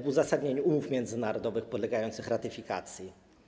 w uzasadnieniu umów międzynarodowych podlegających ratyfikacji.